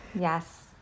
Yes